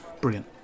Brilliant